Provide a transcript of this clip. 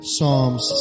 Psalms